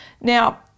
Now